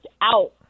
out